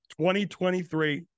2023